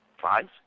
five